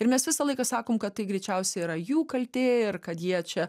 ir mes visą laiką sakom kad tai greičiausiai yra jų kaltė ir kad jie čia